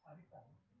the one